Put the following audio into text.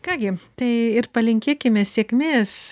ką gi tai ir palinkėkime sėkmės